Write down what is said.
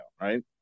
right